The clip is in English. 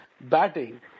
batting